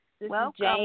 welcome